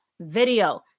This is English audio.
video